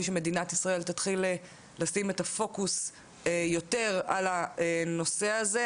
שמדינת ישראל תתחיל לשים את הפוקוס יותר על הנושא הזה,